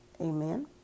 amen